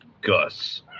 Gus